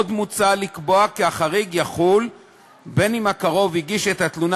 עוד מוצע לקבוע כי החריג יחול בין שהקרוב הגיש את התלונה